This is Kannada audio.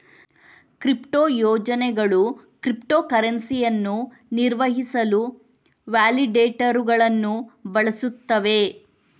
ಕ್ರಿಪ್ಟೋ ಯೋಜನೆಗಳು ಕ್ರಿಪ್ಟೋ ಕರೆನ್ಸಿಯನ್ನು ನಿರ್ವಹಿಸಲು ವ್ಯಾಲಿಡೇಟರುಗಳನ್ನು ಬಳಸುತ್ತವೆ